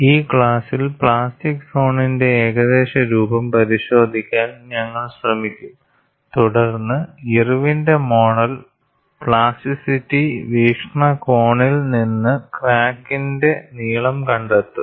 ഈ ക്ലാസിൽ പ്ലാസ്റ്റിക് സോണിന്റെ ഏകദേശ രൂപം പരിശോധിക്കാൻ ഞങ്ങൾ ശ്രമിക്കും തുടർന്ന് ഇർവിന്റെ മോഡൽ Irwin's model പ്ലാസ്റ്റിറ്റി വീക്ഷണകോണിൽ നിന്ന് ക്രാക്കിന്റെ നീളം കണ്ടെത്തും